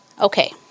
Okay